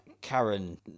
Karen